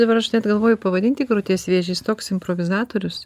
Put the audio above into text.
dabar aš net galvoju pavadinti krūties vėžį jis toks improvizatorius